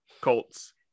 Colts